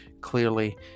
Clearly